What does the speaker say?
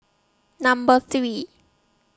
Number three